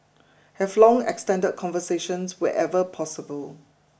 have long extended conversations wherever possible